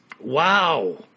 Wow